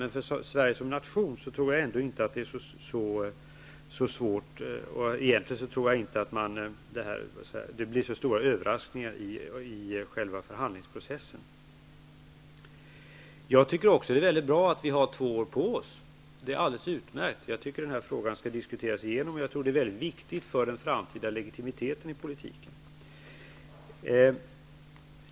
Men för Sverige som nation tror jag inte att det blir så stora svårigheter. Jag tror inte att det egentligen blir särskilt stora överraskningar i själva förhandlingsprocessen. Jag tycker också att det är alldeles utmärkt att vi har två år på oss. Jag tycker att den här frågan skall diskuteras igenom. Jag tror att det är mycket viktigt för den framtida legitimiteten i politiken.